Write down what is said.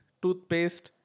toothpaste